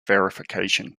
verification